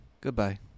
Goodbye